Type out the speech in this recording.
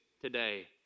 today